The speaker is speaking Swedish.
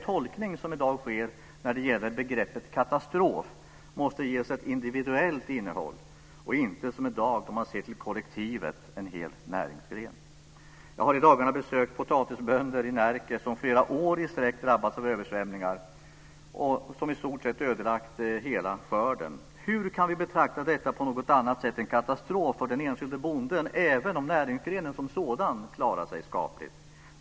Tolkningen av begreppet katastrof måste ges ett individuellt innehåll. I dag ser man till kollektivet - en hel näringsgren. Jag har i dagarna besökt potatisbönder i Närke som flera år i sträck drabbats av översvämningar som i stort sett ödelagt hela skörden. Hur kan vi betrakta detta på något annat sätt än som en katastrof för den enskilda bonden även om näringsgrenen som sådan klarar sig skapligt.